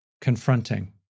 confronting